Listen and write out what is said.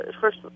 First